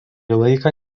laiką